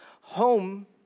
home